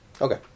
Okay